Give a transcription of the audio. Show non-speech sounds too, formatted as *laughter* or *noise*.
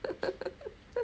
*laughs*